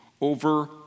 over